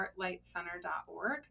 heartlightcenter.org